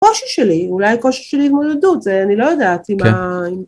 קושי שלי, אולי קושי שלי במולדות, אני לא יודעת אם ה...